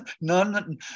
none